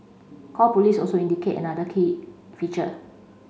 call police also indicate another key feature